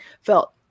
felt